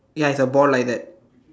ya it's like a ball like that